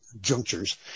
junctures